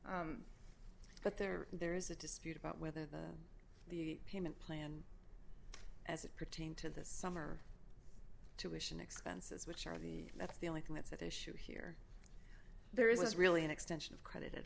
case but there there is a dispute about whether the the payment plan as it pertained to the summer to mission expenses which are the that's the only thing that's at issue here there is really an extension of credit